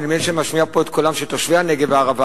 ואני מבין שאני משמיע פה את קולם של תושבי הנגב והערבה,